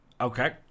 Okay